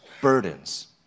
burdens